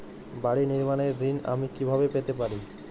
বাড়ি নির্মাণের ঋণ আমি কিভাবে পেতে পারি?